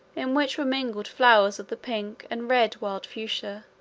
in which were mingled flowers of the pink and red wild fuchsia,